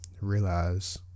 realize